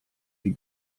die